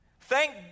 Thank